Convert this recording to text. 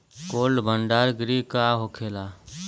Cold भण्डार गृह का होखेला?